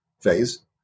phase